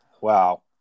Wow